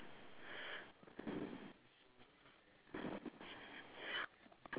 and on the right is the guy shooting like a